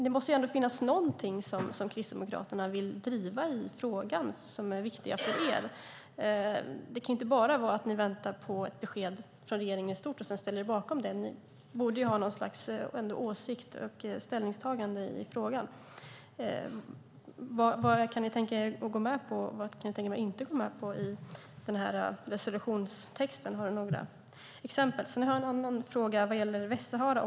Här måste väl finnas något som Kristdemokraterna tycker är viktigt och vill driva. Det kan inte bara vara att ni, Désirée Pethrus, väntar på besked från regeringen och sedan ställer er bakom det. Någon sorts åsikt, och ställningstagande, borde ni väl ha i frågan. Vad kan ni tänka er att gå med på och vad kan ni inte tänka er att gå med på när det gäller resolutionstexten? Kan du ge några exempel? Jag vill också ställa fråga om Västsahara.